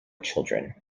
children